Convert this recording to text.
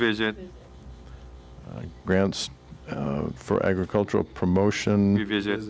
visit grants for agricultural promotion visit